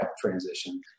transition